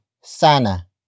sana